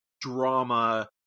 drama